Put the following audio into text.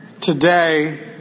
Today